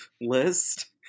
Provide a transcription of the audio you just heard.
list